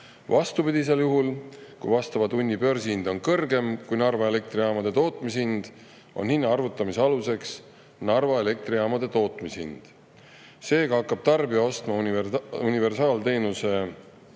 Vastupidisel juhul, kui vastava tunni börsihind on kõrgem kui Narva elektrijaamade tootmishind, on hinna arvutamise aluseks Narva elektrijaamade tootmishind. Seega hakkab tarbija ostma universaalteenuse elektrit